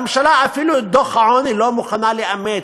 הממשלה, אפילו את דוח העוני לא מוכנה לאמץ,